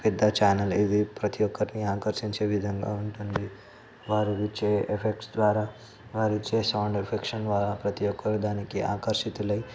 పెద్ద ఛానల్ ఇదీ ప్రతీ ఒక్కరినీ ఆకర్షించే విధంగా ఉంటుంది వారు ఇచ్చే ఎఫెక్ట్స్ ద్వారా వారిచ్చే సౌండ్ ఎఫెక్ట్స్ ద్వారా ప్రతీ ఒక్కరూ దానికి ఆకర్షితులై